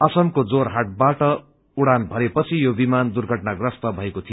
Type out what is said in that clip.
असमको जोहाटबाट उड़ान भरेपिछ यो विमान दुर्घटनाग्रस्त भएको थियो